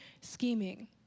scheming